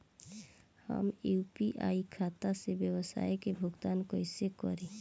हम यू.पी.आई खाता से व्यावसाय के भुगतान कइसे करि?